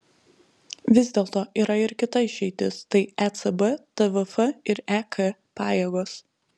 vis dėlto yra ir kita išeitis tai ecb tvf ir ek pajėgos